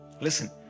Listen